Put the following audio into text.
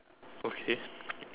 okay